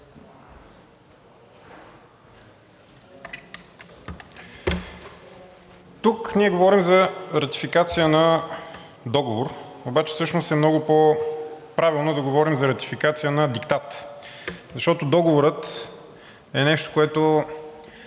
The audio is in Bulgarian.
Тук ние говорим за ратификация на договор, обаче всъщност е много по-правилно да говорим за ратификация на диктат. Защото договорът е нещо, което